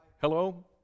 hello